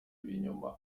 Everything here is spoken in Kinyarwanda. ibinyoma